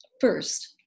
first